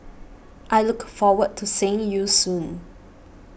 I look forward to seeing you soon